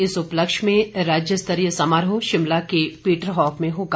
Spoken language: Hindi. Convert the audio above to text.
इस उपलक्ष्य में राज्यस्तरीय समारोह शिमला के पीटरहॉफ में होगा